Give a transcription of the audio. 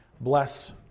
bless